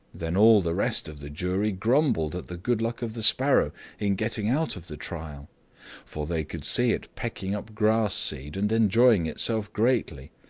then all the rest of the jury grumbled at the good luck of the sparrow in getting out of the trial for they could see it picking up grass seed and enjoying itself greatly,